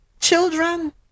Children